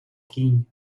кінь